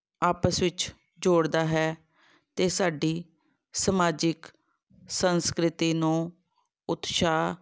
ਆਪਸ ਵਿੱਚ ਜੋੜਦਾ ਹੈ ਅਤੇ ਸਾਡੀ ਸਮਾਜਿਕ ਸੰਸਕ੍ਰਿਤੀ ਨੂੰ ਉਤਸ਼ਾਹ